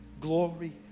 glory